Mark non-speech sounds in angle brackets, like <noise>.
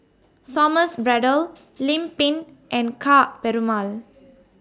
Thomas Braddell <noise> Lim Pin and Ka Perumal